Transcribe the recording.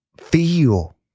feel